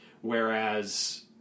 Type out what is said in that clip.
whereas